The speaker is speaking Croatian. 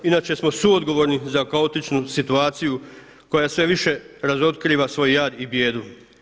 Inače smo suodgovorni za kaotičnu situaciju koja sve više razotkriva svoj jad i bijedu.